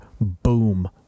boom